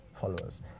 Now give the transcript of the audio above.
followers